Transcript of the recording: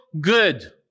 good